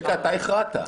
אתה הכרעת.